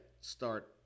start –